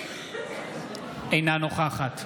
אינה נוכחת